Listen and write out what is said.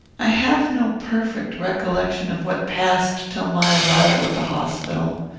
i have no perfect recollection of what passed till my arrival at the hospital.